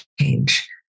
change